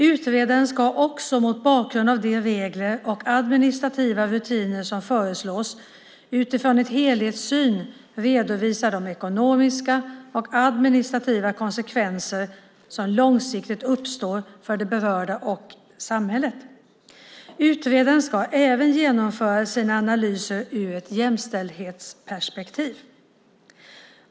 Utredaren ska också mot bakgrund av de regler och administrativa rutiner som föreslås, utifrån en helhetssyn, redovisa de ekonomiska och administrativa konsekvenser som långsiktigt uppstår för de berörda och samhället. Utredaren ska även genomföra sina analyser ur ett jämställdhetsperspektiv.